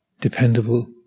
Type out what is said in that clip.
dependable